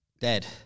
Dead